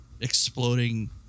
exploding